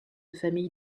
famille